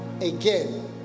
again